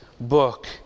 book